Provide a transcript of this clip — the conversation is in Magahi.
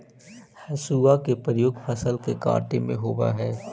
हसुआ के प्रयोग फसल के काटे में होवऽ हई